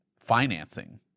financing